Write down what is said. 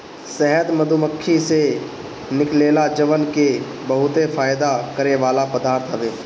शहद मधुमक्खी से निकलेला जवन की बहुते फायदा करेवाला पदार्थ हवे